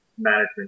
management